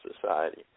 society